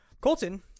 colton